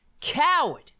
Coward